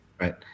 right